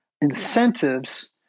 incentives